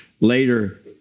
Later